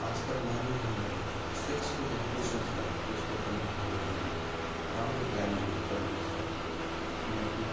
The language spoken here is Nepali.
आज कल नानीहरूलाई जो सेक्सको एडुकेसन छ त्यसको पनि हामीले उनीहरूलाई राम्रो ज्ञान दिनु जरुरी छ किनकि